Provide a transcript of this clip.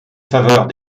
faveurs